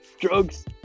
drugs